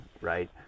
Right